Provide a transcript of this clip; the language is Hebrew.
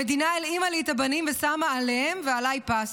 המדינה הלאימה לי את הבנים ושמה עליהם ועליי פס.